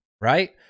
right